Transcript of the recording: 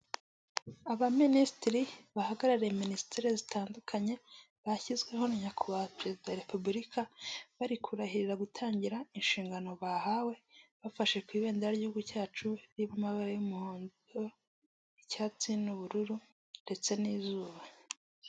Umuntu uzamuye akaboko avugiramo mayikorofone, afashe ku idarapo ry'igihugu, afite umusatsi mwiza ushokoje yambaye ikositimu, yambaye ishati y'umweru birasa nkaho hari ibyo ari kurahirira.